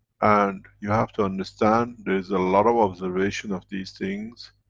and, you have to understand there is a lot of observation of these things,